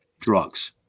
drugs